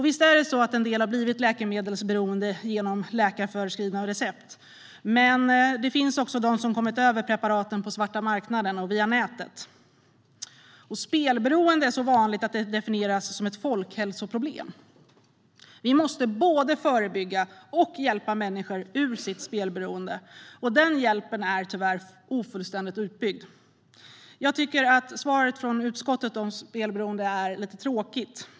Visst är det så att en del har blivit läkemedelsberoende genom läkarförskrivna recept. Men det finns också de som har kommit över preparaten på svarta marknaden och via nätet. Spelberoende är så vanligt att det definieras som ett folkhälsoproblem. Vi måste både förebygga och hjälpa människor ur deras spelberoende. Den hjälpen är tyvärr ofullständigt utbyggd. Jag tycker att det som utskottet skriver om spelberoende är lite tråkigt.